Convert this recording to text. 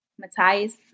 Matthias